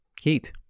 Heat